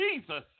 Jesus